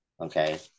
Okay